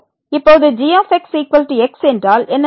இப்போது g x x என்றால் என்ன நடக்கும்